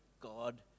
God